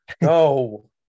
no